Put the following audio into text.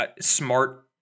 smart